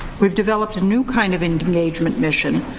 we've developed a new kind of engagement mission.